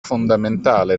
fondamentale